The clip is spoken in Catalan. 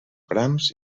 brahms